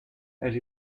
elle